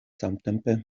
samtempe